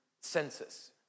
census